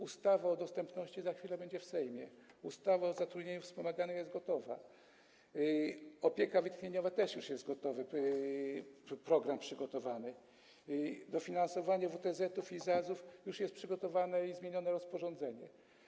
Ustawa o dostępności za chwilę będzie w Sejmie, ustawa o zatrudnieniu wspomaganym jest gotowa, opieka wytchnieniowa - też już program został przygotowany, dofinansowanie WTZ-ów i ZAZ-ów już jest przygotowane, zmieniono rozporządzenie.